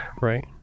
right